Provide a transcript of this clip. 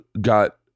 got